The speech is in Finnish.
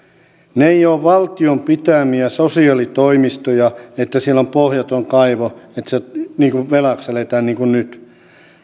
ne eivät ole valtion pitämiä sosiaalitoimistoja että siellä olisi pohjaton kaivo että velaksi eletään niin kuin nyt